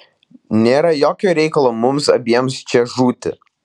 nėra jokio reikalo mums abiem čia žūti